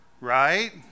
Right